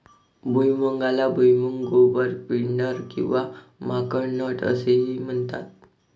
भुईमुगाला भुईमूग, गोबर, पिंडर किंवा माकड नट असेही म्हणतात